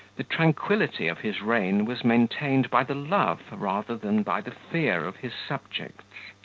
the tranquility of his reign was maintained by the love rather than by the fear of his subjects.